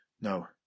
No